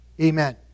amen